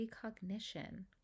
precognition